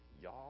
Y'all